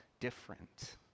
different